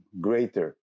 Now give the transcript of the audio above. greater